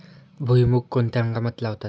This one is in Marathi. भुईमूग कोणत्या हंगामात लावतात?